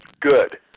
Good